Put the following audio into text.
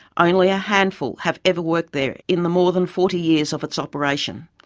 only a handful have ever worked there in the more than forty years of its operation,